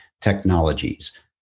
Technologies